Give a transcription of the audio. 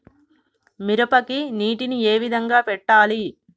మిరపకి నీటిని ఏ విధంగా పెట్టాలి?